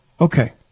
Okay